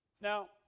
Now